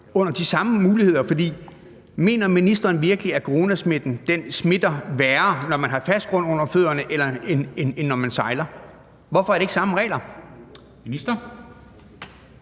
med de samme muligheder. For mener ministeren virkelig, at corona smitter værre, når man har fast grund under fødderne, end når man sejler? Hvorfor er det ikke samme regler?